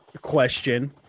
question